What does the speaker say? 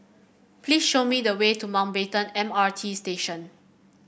please show me the way to Mountbatten M R T Station